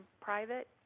private